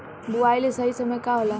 बुआई के सही समय का होला?